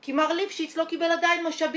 כי מר ליפשיץ לא קיבל עדיין משאבים.